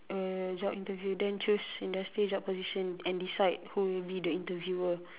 a job interview then choose industry job position and decide who will be the interviewer